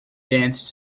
danced